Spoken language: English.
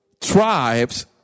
tribes